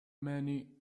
many